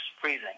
freezing